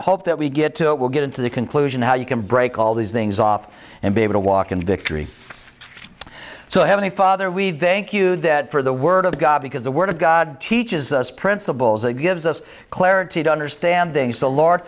hope that we get to it will get into the conclusion how you can break all these things off and be able to walk in victory so heavenly father we thank you that for the word of god because the word of god teaches us principles and gives us clarity to understand